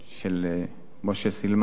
של משה סילמן,